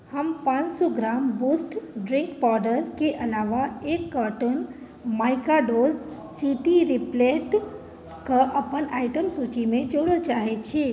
हम पाँच सए ग्राम बूस्ट ड्रिन्क पाउडरके अलावा एक कार्टन माइकाडोज चीँटी रिप्लेट कऽ अपन आइटम सूचीमे जोड़य चाहैत छी